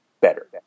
better